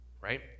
Right